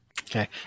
Okay